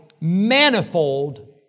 manifold